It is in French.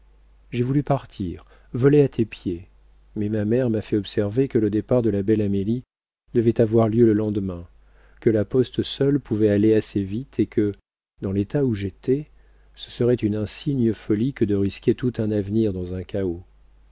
j'ai voulu partir voler à tes pieds mais ma mère m'a fait observer que le départ de la belle amélie devait avoir lieu le lendemain que la poste seule pouvait aller assez vite et que dans l'état où j'étais ce serait une insigne folie que de risquer tout un avenir dans un cahot